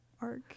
arc